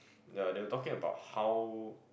the they were talking about how